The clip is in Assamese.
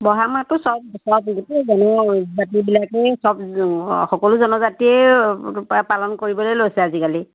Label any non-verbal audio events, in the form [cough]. ব'হাগ মাহটো চব [unintelligible] জাতিবিলাকেই চব [unintelligible] সকলো জনজাতিয়ে পালন কৰিবলৈ লৈছে আজিকালি